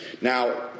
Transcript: Now